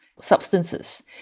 substances